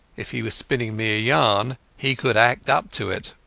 if he was spinning me a yarn he could act up to it.